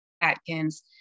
Atkins